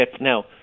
Now